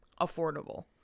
affordable